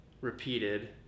repeated